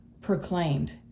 proclaimed